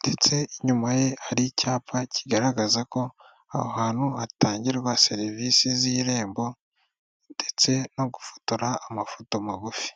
ndetse inyuma ye hari icyapa kigaragaza ko aho ahantu hatangirwa serivisi z'irembo ndetse no gufotora amafoto magufi.